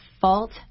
fault